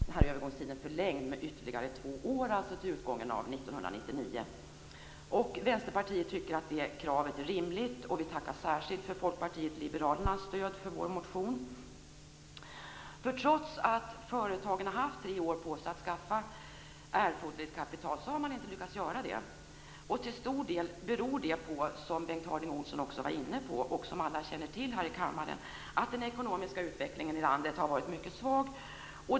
Herr talman! Av tonläget märks det att vi börjar komma in i valrörelsen. Bengt Harding Olson har redogjort för bakgrunden till det här ärendet. Företagarnas riksorganisation har alltså informerat regeringen om att 90 000 aktiebolag vid månadsskiftet september-oktober ännu inte hade anmält någon ökning av aktiekapital, och därför vill man ha övergångstiden förlängd med ytterligare två år, dvs. till utgången av år 1999. Vänsterpartiet tycker att det kravet är rimligt. Vi tackar särskilt för Folkpartiet liberalernas stöd till vår motion. Trots att företagen har haft tre år på sig att skaffa erforderligt kapital har man alltså inte lyckats göra det. Till stor del beror det på, vilket Bengt Harding Olson också var inne på och vilket alla här i kammaren känner till, att den ekonomiska utvecklingen i landet har varit mycket svag.